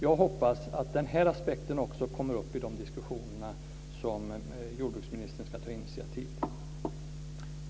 Jag hoppas att denna aspekt också kommer upp i de diskussioner som jordbruksministern ska ta initiativ till.